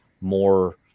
more